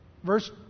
Verse